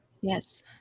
yes